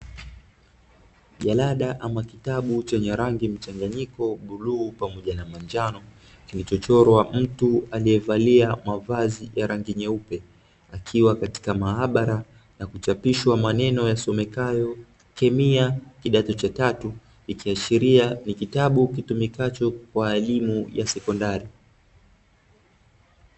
Jalada ama kitabu chenye rangi mchanganyiko, (bluu pamoja na manjano) kilichochorwa mtu aliyevalia mavazi ya rangi nyeupe, akiwa katika maabara na kuchapishwa maneno yasomekayo 'KEMIA KIDATO CHA TATU' ikiashiria ni kitabu kitumikacho kwa elimu ya sekondari.